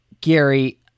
Gary